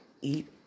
eat